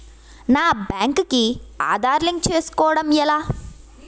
నా బ్యాంక్ కి ఆధార్ లింక్ చేసుకోవడం ఎలా?